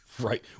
right